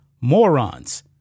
morons